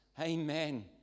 Amen